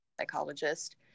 psychologist